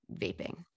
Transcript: vaping